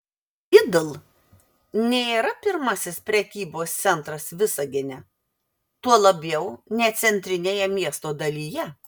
lidl nėra pirmasis prekybos centras visagine tuo labiau ne centrinėje miesto dalyje